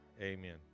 amen